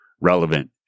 relevant